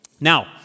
Now